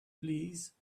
please